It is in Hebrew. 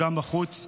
גם בחוץ.